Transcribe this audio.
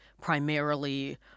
primarily